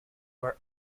were